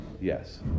Yes